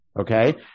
Okay